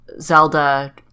Zelda